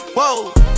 Whoa